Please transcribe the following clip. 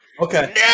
Okay